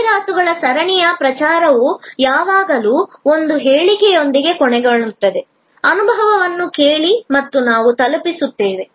ಜಾಹೀರಾತುಗಳ ಸರಣಿಯ ಪ್ರಚಾರವು ಯಾವಾಗಲೂ ಒಂದು ಹೇಳಿಕೆಯೊಂದಿಗೆ ಕೊನೆಗೊಳ್ಳುತ್ತದೆ ಅನುಭವವನ್ನು ಕೇಳಿ ಮತ್ತು ನಾವು ತಲುಪಿಸುತ್ತೇವೆ